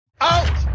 out